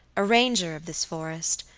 a ranger of this forest,